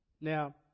Now